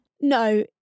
No